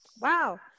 wow